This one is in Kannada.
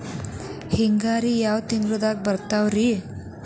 ಹಿಂಗಾರಿನ್ಯಾಗ ಯಾವ ತಿಂಗ್ಳು ಬರ್ತಾವ ರಿ?